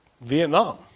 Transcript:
Vietnam